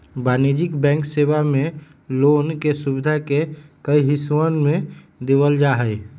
वाणिज्यिक बैंक सेवा मे लोन के सुविधा के कई हिस्सवन में देवल जाहई